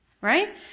Right